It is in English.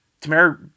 Tamara